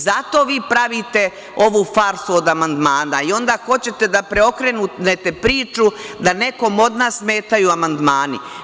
Zato vi pravite ovu farsu od amandmana i onda hoćete da preokrenete priču da nekome od nas smetaju amandmani.